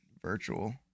virtual